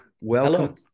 welcome